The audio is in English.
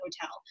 hotel